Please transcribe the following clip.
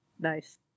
Nice